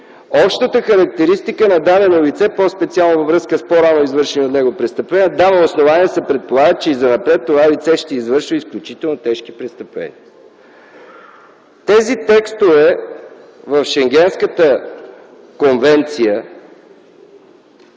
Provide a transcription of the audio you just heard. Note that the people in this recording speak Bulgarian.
общата характеристика на дадено лице, по-специално във връзка с по-рано извършени от него престъпления, дава основание да се предполага, че и занапред това лице ще извършва изключително тежки престъпления. Тези текстове в Шенгенската конвенция